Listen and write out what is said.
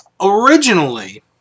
Originally